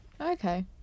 Okay